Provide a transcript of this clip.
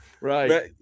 Right